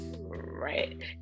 Right